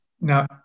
Now